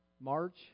March